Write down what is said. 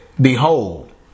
Behold